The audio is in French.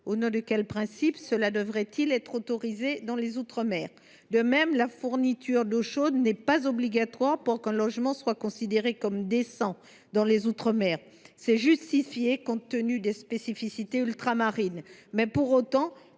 au nom de quel principe cela devrait il être autorisé dans les outre mer ? De même, la fourniture d’eau chaude n’est pas obligatoire pour qu’un logement soit considéré comme décent dans les outre mer. Cela se justifie au titre des spécificités ultramarines. Pour autant,